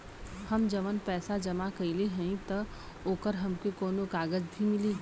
हम जवन पैसा जमा कइले हई त ओकर हमके कौनो कागज भी मिली?